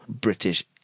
British